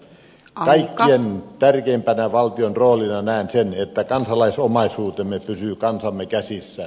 kaikkein tärkeimpänä valtion roolina näen sen että kansalaisomaisuutemme pysyy kansamme käsissä